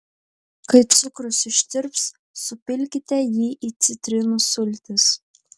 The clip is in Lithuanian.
kai cukrus ištirps supilkite jį į citrinų sultis